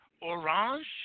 orange